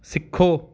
ਸਿੱਖੋ